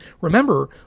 remember